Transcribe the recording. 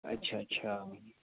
अच्छा अच्छा